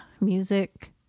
Music